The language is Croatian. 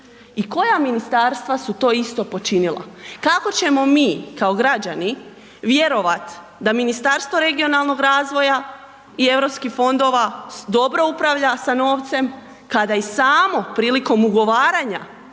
i koja ministarstva su to isto počinila. Kako ćemo mi kao građani vjerovati da Ministarstvo regionalnog razvoja i europskih fondova dobro upravlja sa novcem, kada i samo prilikom ugovaranja